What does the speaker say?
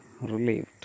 relieved